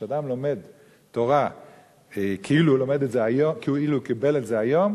כשאדם לומד תורה כאילו הוא קיבל את זה היום,